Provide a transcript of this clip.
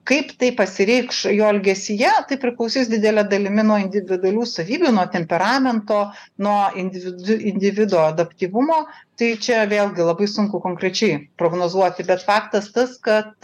kaip tai pasireikš jo elgesyje tai priklausys didele dalimi nuo individualių savybių nuo temperamento nuo individ individo adaptyvumo tai čia vėlgi labai sunku konkrečiai prognozuoti bet faktas tas kad